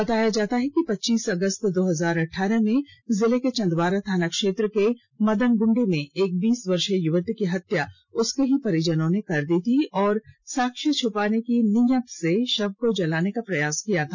बताया जाता है कि पच्चीस अगस्त दो हजार अठारह में जिले के चंदवारा थानाक्षेत्र के मदनगुंडी में एक बीस वर्षीय युवती की हत्या उसके परिजनों ने कर दी थी और साक्ष्य छुपाने की नीयत से शव को जलाने का प्रयास किया था